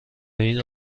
این